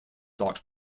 dot